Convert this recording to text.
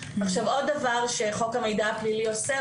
עוד דבר שחוק המידע הפלילי עושה,